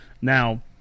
Now –